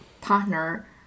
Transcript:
partner